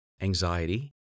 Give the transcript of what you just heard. anxiety